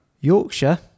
Yorkshire